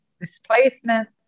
displacement